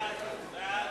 מי בעד?